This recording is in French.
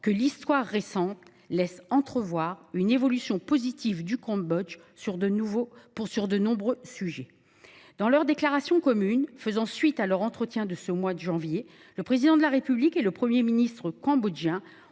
que l’histoire récente laisse entrevoir une évolution positive du Cambodge sur de nombreux sujets. Dans leur déclaration commune faisant suite à leur entretien du mois de janvier dernier, le Président de la République et le Premier ministre cambodgien